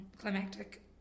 climactic